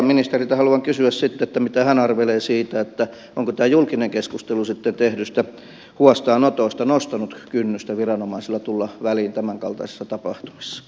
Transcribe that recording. ministeriltä haluan kysyä sitten mitä hän arvelee siitä onko tämä julkinen keskustelu tehdyistä huostaanotoista nostanut kynnystä viranomaisilla tulla väliin tämänkaltaisissa tapahtumissa